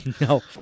No